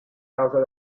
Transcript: causa